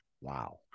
Wow